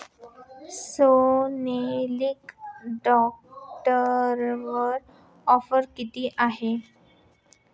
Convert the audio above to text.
सोनालिका ट्रॅक्टरवर ऑफर किती आहे?